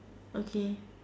okay